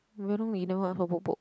very long you never ask for